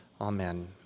Amen